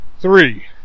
Three